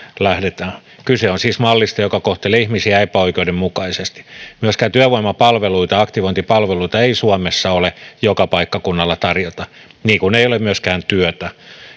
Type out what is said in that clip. lähdetään kyse on siis mallista joka kohtelee ihmisiä epäoikeudenmukaisesti myöskään työvoimapalveluita aktivointipalveluita ei suomessa ole joka paikkakunnalla tarjota niin kuin ei ole myöskään työtä